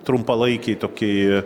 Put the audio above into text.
trumpalaikį tokį